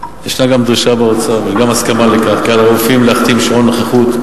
ישנה דרישה באוצר וגם הסכמה לכך כי על הרופאים להחתים שעון נוכחות,